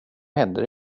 händer